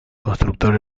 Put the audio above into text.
constructor